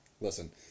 Listen